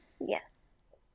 Yes